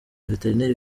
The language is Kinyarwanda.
veterineri